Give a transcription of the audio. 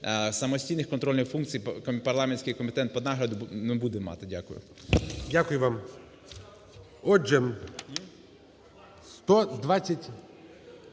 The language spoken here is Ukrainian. Самостійних контрольних функцій парламентський комітет по нагляду не буде мати. Дякую.